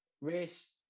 race